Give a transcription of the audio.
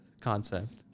concept